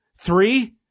three